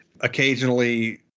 occasionally